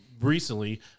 Recently